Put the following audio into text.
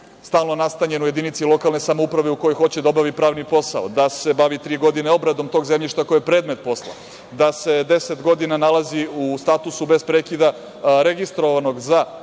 stalno nastanjen u jedinici lokalne samouprave u koju hoće da obavi pravni posao, da se bavi tri godine obradom tog zemljišta koji je predmet posla, da se 10 godina nalazi u statusu, bez prekida registrovanog za